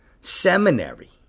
seminary